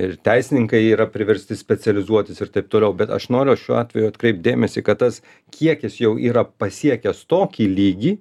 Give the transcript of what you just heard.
ir teisininkai yra priversti specializuotis ir taip toliau bet aš noriu šiuo atveju atkreipt dėmesį kad tas kiekis jau yra pasiekęs tokį lygį